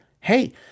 hey